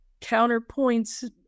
counterpoints